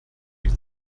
die